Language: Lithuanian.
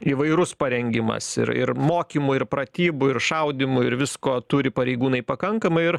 įvairus parengimas ir ir mokymų ir pratybų ir šaudymų ir visko turi pareigūnai pakankamai ir